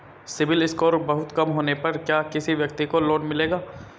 CIBIL score बहुत कम होने पर क्या किसी व्यक्ति को लोंन मिलेगा?